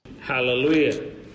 hallelujah